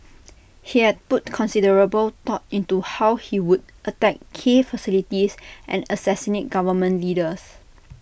he had put considerable thought into how he would attack key facilities and assassinate government leaders